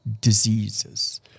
diseases